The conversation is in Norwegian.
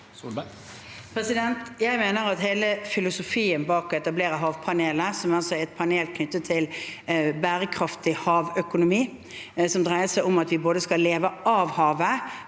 Jeg mener hele filosofi- en bak å etablere havpanelet – som altså er et panel knyttet til bærekraftig havøkonomi, som dreier seg om at vi både skal leve av havet,